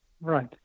Right